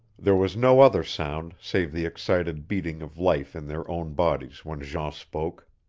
there was no other sound save the excited beating of life in their own bodies when jean spoke.